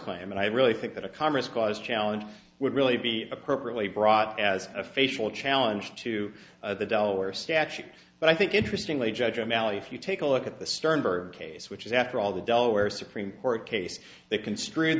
claim and i really think that a congress cause challenge would really be appropriately brought as a facial challenge to the delaware statute but i think interesting lee judge o'malley if you take well look at the sternberg case which is after all the delaware supreme court case they construed